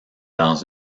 dans